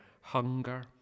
hunger